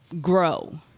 grow